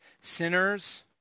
sinners